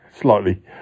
slightly